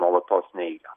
nuolatos neigia